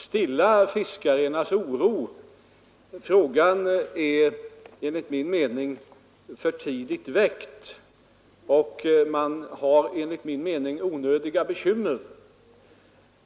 stilla fiskarnas oro. Frågan är för tidigt väckt, och man har enligt min mening onödiga bekymmer.